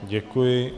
Děkuji.